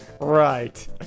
Right